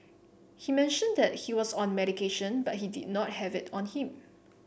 he mentioned that he was on medication but he did not have it on him